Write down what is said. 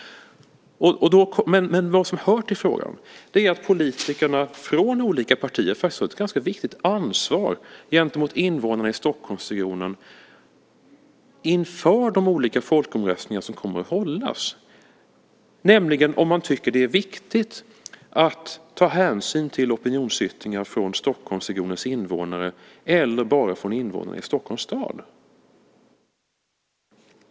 Men vad har vi hört i frågan? Politiker från olika partier har ett viktigt ansvar gentemot invånarna i Stockholmsregionen inför de olika folkomröstningar som kommer att hållas, nämligen om de tycker att det är viktigt att ta hänsyn till opinionsyttringar från Stockholmsregionens invånare eller bara från invånare i Stockholms stad.